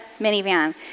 minivan